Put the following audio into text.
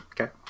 Okay